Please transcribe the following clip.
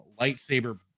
lightsaber